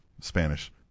Spanish